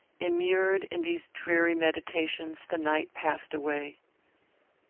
immured in these dreary meditations, the night passed away.